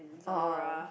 oh